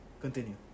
Continue